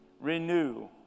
Renew